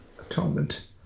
Atonement